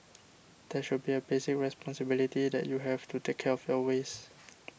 there should be a basic responsibility that you have to take care of your waste